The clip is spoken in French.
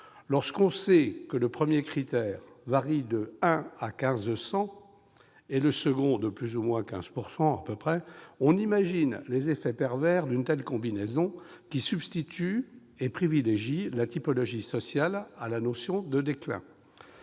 Lorsque l'on sait que le premier critère varie de 1 à 1 500, et le second de plus ou moins 15 %, on imagine les effets pervers d'une telle combinaison, qui substitue et privilégie la typologie sociale à la notion de déclin